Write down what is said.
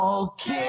Okay